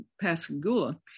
pascagoula